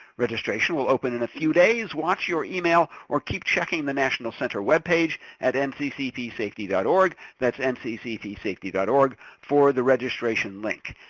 registration will open in a few days. watch your email, or keep checking the national center webpage at nccpsafety org, that's nccpsafety dot org for the registration link.